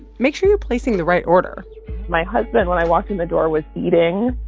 make sure you're placing the right order my husband, when i walked in the door, was eating.